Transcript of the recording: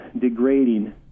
degrading